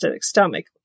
stomach